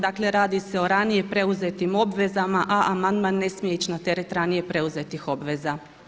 Dakle, radi se o ranije preuzetim obvezama, a amandman ne smije ići na teret ranije preuzetih obveza.